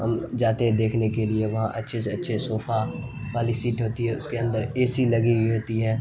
ہم جاتے ہیں دیکھنے کے لیے وہاں اچھے سے اچھے صوفہ والی سیٹ ہوتی ہے اس کے اندر اے سی لگی ہوئی ہوتی ہے